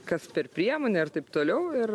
kas per priemonė ir taip toliau ir